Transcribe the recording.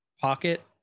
pocket